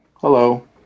Hello